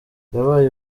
yabaye